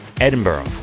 Edinburgh